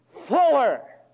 Fuller